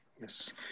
Yes